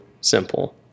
simple